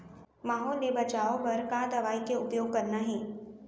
माहो ले बचाओ बर का दवई के उपयोग करना हे?